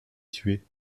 tués